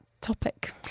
topic